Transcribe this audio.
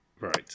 Right